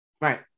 right